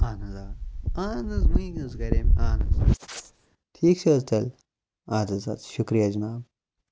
اہن حظ آ اہن حظ وٕنۍ حٕظ کَرے مےٚ اہن حظ ٹھیٖک چھِ حٕظ تیٚلہِ اَد حٕظ اَد حٕظ شُکریہ جِناب